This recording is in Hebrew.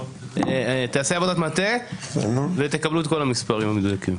תעשה עבודת מטה ותקבלו את כל המספרים המדויקים.